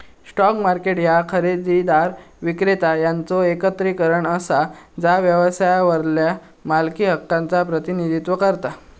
stock market ह्या खरेदीदार, विक्रेता यांचो एकत्रीकरण असा जा व्यवसायावरल्या मालकी हक्कांचा प्रतिनिधित्व करता